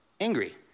angry